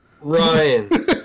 Ryan